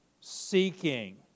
seeking